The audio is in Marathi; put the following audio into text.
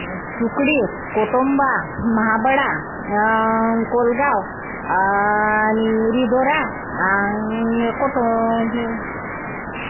सुकडीत कोटुंबा महाबडा कोलगाव आणि रिदोरा आणि कोटो हे